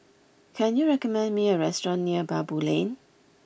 can you recommend me a restaurant near Baboo Lane